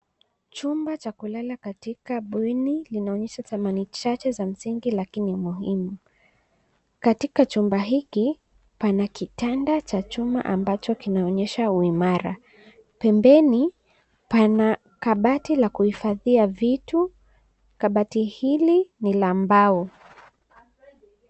Chumba cha kulala katika cha bweni linaonyesha thamani chache za msingi lakini muhimu. Katika chumba hiki pana kitanda cha chuma ambacho kinaonyesha uimara. Pembeni pana kabati la kuhifadhia vitu. Kabati hili ni la mbao.